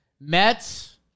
Mets